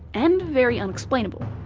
and very unexplainable.